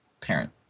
parent